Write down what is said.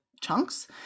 chunks